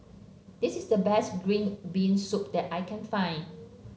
this is the best Green Bean Soup that I can find